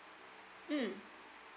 mm